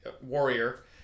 warrior